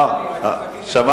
חס וחלילה.